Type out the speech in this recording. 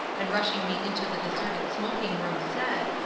and rushing me into the deserted smoking-room said,